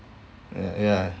ya ya